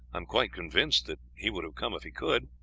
am quite convinced that he would have come if he could.